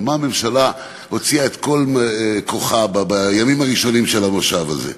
על מה הממשלה הוציאה את כל כוחה בימים הראשונים של המושב הזה?